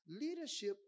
leadership